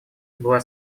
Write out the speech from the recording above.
была